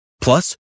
Plus